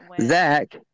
Zach